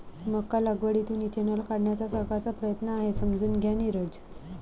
मका लागवडीतून इथेनॉल काढण्याचा सरकारचा प्रयत्न आहे, समजून घ्या नीरज